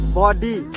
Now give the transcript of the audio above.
body